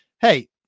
hey